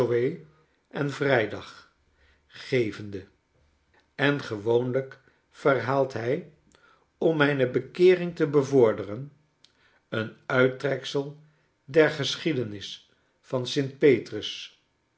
en vrijdag gevende en gewoonlijk verhaalt hij om mijne bekeering te bevorderen een uittreksel der geschiedenis van sint petrus